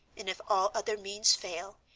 and if all other means fail,